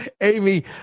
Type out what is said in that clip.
Amy